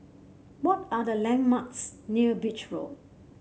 what are the landmarks near Beach Road